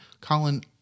Colin